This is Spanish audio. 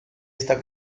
esta